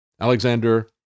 Alexander